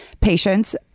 patients